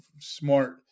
smart